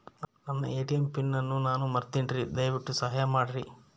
ನನ್ನ ATM PIN ಅನ್ನು ನಾನು ಮರಿತಿನ್ರಿ, ದಯವಿಟ್ಟು ಸಹಾಯ ಮಾಡ್ರಿ